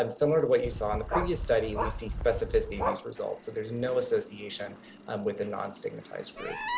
um similar to what you saw on the previous study, we see specificity of these results. so there's no association um with a non stigmatized group.